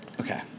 Okay